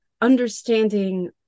understanding